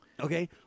Okay